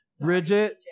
Bridget